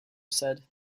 said